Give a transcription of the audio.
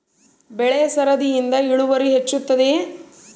ಬೆಳೆ ಸರದಿಯಿಂದ ಇಳುವರಿ ಹೆಚ್ಚುತ್ತದೆಯೇ?